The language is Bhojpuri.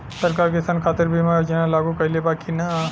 सरकार किसान खातिर बीमा योजना लागू कईले बा की ना?